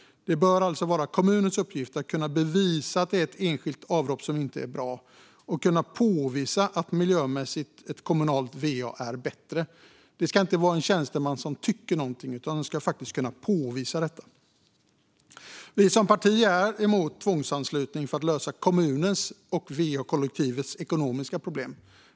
Det bör alltså vara kommunens uppgift att bevisa att det enskilda avloppet inte är bra och kunna påvisa att ett kommunalt va miljömässigt är bättre. Det ska inte vara så att en tjänsteman tycker någonting, utan det ska faktiskt kunna påvisas. Vi som parti är emot tvångsanslutning för att lösa kommunens och va-kollektivens ekonomiska problem.